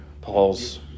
Paul's